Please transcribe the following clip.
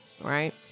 right